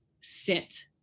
sit